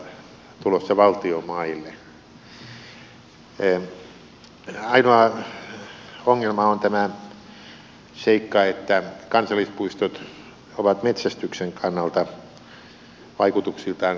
ainoa ongelma on tämä seikka että kansallispuistot ovat metsästyksen kannalta vaikutuksiltaan kielteisiä